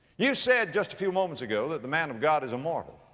you said just a few moments ago that the man of god is immortal